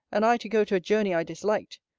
and i to go to a journey i disliked!